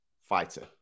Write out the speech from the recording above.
fighter